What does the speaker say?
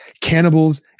cannibals